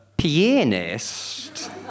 Pianist